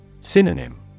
Synonym